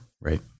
right